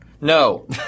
No